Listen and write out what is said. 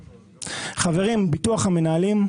חברים, ביטוח המנהלים,